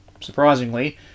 surprisingly